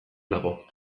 dago